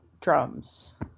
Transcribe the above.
drums